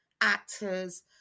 actors